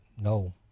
no